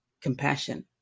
compassion